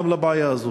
גם לבעיה הזאת.